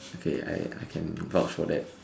okay I I can vouch for that